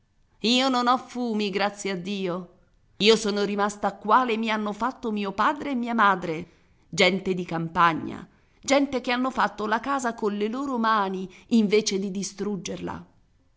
io non ho fumi grazie a dio io sono rimasta quale mi hanno fatto mio padre e mia madre gente di campagna gente che hanno fatto la casa colle loro mani invece di distruggerla